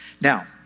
Now